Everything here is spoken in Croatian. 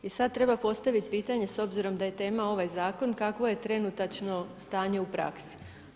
I sada treba postaviti pitanje s obzirom da je tema ovaj zakon, kakvo je trenutačno stanje u praksi?